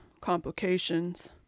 complications